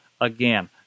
again